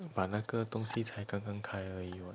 but 那个东西才刚刚开而已 what